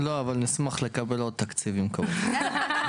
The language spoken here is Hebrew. לא, אבל נשמח לקבל עוד תקציבים, כמובן.